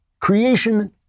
Creation